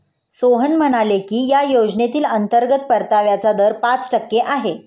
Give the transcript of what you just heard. सोहन म्हणाले की या योजनेतील अंतर्गत परताव्याचा दर पाच टक्के आहे